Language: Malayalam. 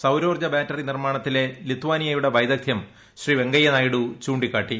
സൌരോർജ്ജ ബാറ്ററി നിർമ്മാണത്തിലെ ലിത്വാനിയയുടെ വൈദഗ്ധ്യം ശ്രീ വെങ്കയ്യനായിഡു ചൂ ിക്കാട്ടി